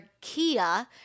Kia